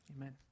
Amen